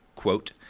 Quote